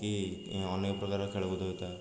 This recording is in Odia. କି ଅନେକ ପ୍ରକାର ଖେଳକୁଦ ହୋଇଥାଏ